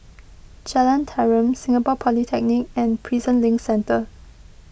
Jalan Tarum Singapore Polytechnic and Prison Link Centre